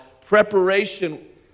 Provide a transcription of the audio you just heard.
preparation